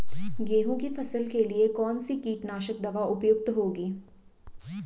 गेहूँ की फसल के लिए कौन सी कीटनाशक दवा उपयुक्त होगी?